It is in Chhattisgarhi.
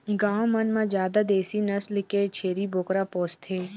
गाँव मन म जादा देसी नसल के छेरी बोकरा पोसथे